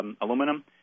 aluminum